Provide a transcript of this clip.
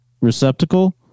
receptacle